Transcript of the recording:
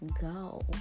go